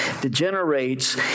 degenerates